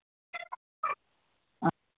ꯑꯥ